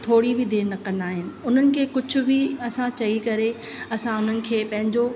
थोरी बि देरि न कन्दा आहिनि हुननि खे कुझु बि असां चई करे असां हुननि खे पंहिंजो